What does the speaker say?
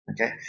okay